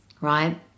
right